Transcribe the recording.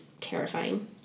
terrifying